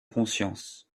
conscience